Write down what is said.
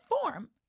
form